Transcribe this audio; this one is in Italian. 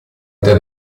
vita